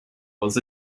was